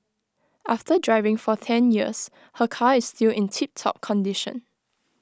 after driving for ten years her car is still in tip top condition